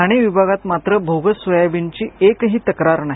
ठाणे विभागात मात्र बोगस सोयाबीनची एकही तक्रार नाही